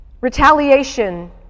Retaliation